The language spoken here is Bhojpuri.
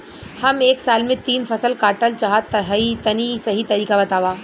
हम एक साल में तीन फसल काटल चाहत हइं तनि सही तरीका बतावा?